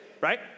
right